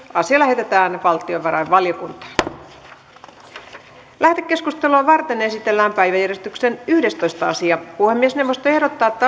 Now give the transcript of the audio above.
asia lähetetään valtiovarainvaliokuntaan lähetekeskustelua varten esitellään päiväjärjestyksen yhdestoista asia puhemiesneuvosto ehdottaa että